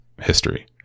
history